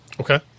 Okay